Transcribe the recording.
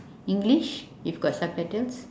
english if got subtitles